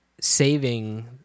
saving